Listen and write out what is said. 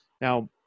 Now